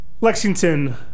Lexington